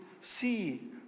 see